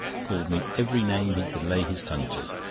called me every name he could lay his tongue to,